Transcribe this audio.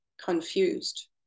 confused